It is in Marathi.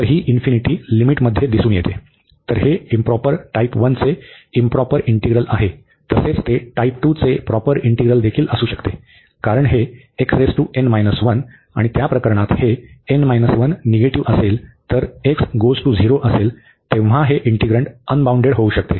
तर हे इंप्रॉपर टाइप 1 चे इंप्रॉपर इंटीग्रल आहे तसेच ते टाइप 2 चे प्रॉपर इंटीग्रलदेखील असू शकते कारण हे आणि त्या प्रकरणात हे निगेटिव्ह असेल तर x → 0 असेल तेव्हा हे इंटीग्रन्ड अनबाउंडेड होऊ शकते